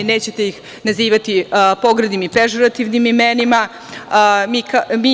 Nećete ih nazivati pogrdnim i pežorativnim imenima.